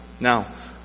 Now